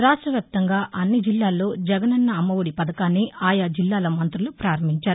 రాష్ట వ్యాప్తంగా అన్ని జిల్లాల్లో జగనన్న అమ్మ ఒడి పథకాన్ని ఆయా జిల్లాల మంతులు ప్రారంభించారు